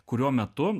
kurio metu